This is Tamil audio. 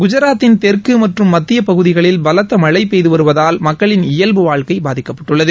குஜராத்தின் தெற்கு மற்றும் மத்திய பகுதிகளில் பலத்தமழை பெய்து வருவதால் மக்களின் இயல்பு வாழ்க்கை பாதிக்கப்பட்டுள்ளது